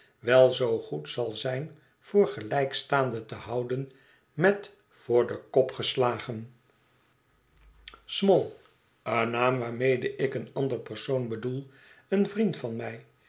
wel zoo goed zal zijn voor gelijkstaande te houden met voor den kop geslagen small een naam waarmede ik een ander persoon bedoel een vriend van mij